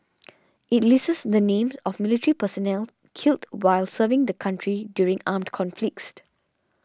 it lists the names of militure personnel killed while serving the country during armed conflicts the